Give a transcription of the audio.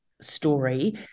story